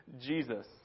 Jesus